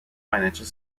financial